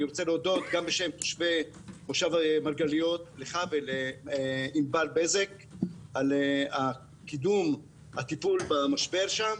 אני מודה גם בשם מושב מרגליות לך ולענבר בזק על קידום הטיפול במשבר שם.